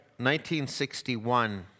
1961